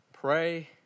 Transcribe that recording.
Pray